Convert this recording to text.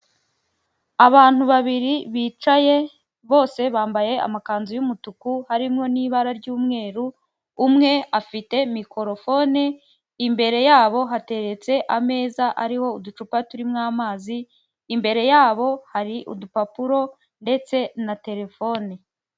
Abantu babiri bicaye bose bambaye amakanzu y'umutuku harimo n'ibara ry'umweru, umwe afite mikorofone, imbere yabo hateretse ameza ariho uducupa turimo amazi, imbere yabo hari udupapuro ndetse na telefone.